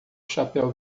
chapéu